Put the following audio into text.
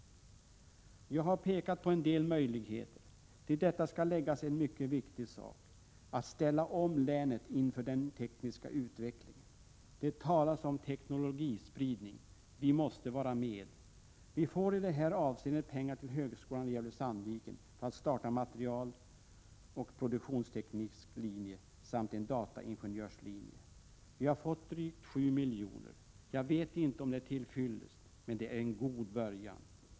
Jag har pekat på en del möjligheter. Till detta skall läggas en mycket viktig sak: Vi måste ställa om länet inför den tekniska utvecklingen. Det talas om teknologispridning. Vi måste vara med. Vi får i det här avseendet pengar till högskolan i Gävle/Sandviken för att starta en materialoch produktionsteknisk linje samt en dataingenjörslinje. Vi har fått drygt 7 milj.kr. Jag vet inte om det är till fyllest, men det är en god början.